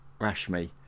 Rashmi